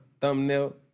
thumbnail